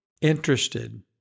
interested